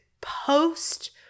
post